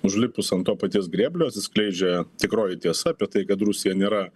užlipus ant to paties grėblio atsiskleidžia tikroji tiesa apie tai kad rusija nėra